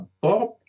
Bob